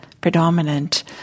predominant